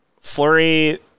Flurry